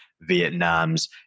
Vietnam's